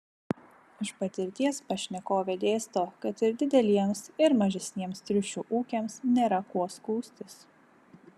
iš patirties pašnekovė dėsto kad ir dideliems ir mažesniems triušių ūkiams nėra kuo skųstis